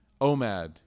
OMAD